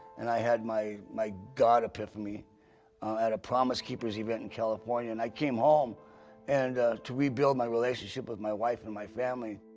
and i had my my god epiphany at a promise keepers event in california. and i came home and to rebuild my relationship with my wife and my family.